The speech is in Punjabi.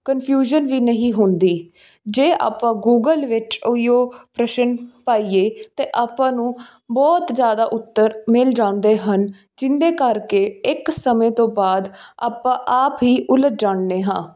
ਕਨਫਿਊਜ਼ਨ ਵੀ ਨਹੀਂ ਹੁੰਦੀ ਜੇ ਆਪਾਂ ਗੂਗਲ ਵਿੱਚ ਉਹੀਓ ਪ੍ਰਸ਼ਨ ਪਾਈਏ ਤਾਂ ਆਪਾਂ ਨੂੰ ਬਹੁਤ ਜ਼ਿਆਦਾ ਉੱਤਰ ਮਿਲ ਜਾਂਦੇ ਹਨ ਜਿਹਦੇ ਕਰਕੇ ਇੱਕ ਸਮੇਂ ਤੋਂ ਬਾਅਦ ਆਪਾਂ ਆਪ ਹੀ ਉਲਝ ਜਾਂਦੇ ਹਾਂ